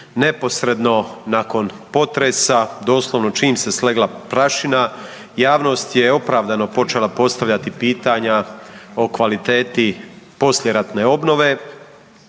Neposredno nakon potresa, doslovno čim se slegla prašina javnost je opravdano počela postavljati pitanja o kvaliteti poslijeratne obnove